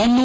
ಹಣ್ಣು